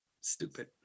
Stupid